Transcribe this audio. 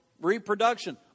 reproduction